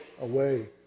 away